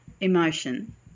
emotion